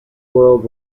world